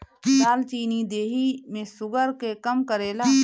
दालचीनी देहि में शुगर के कम करेला